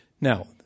Now